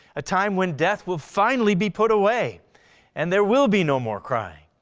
a time when death will finally be put away and there will be no more crying.